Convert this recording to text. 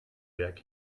berg